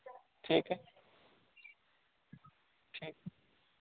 ठीक है ठीक है